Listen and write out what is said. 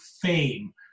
fame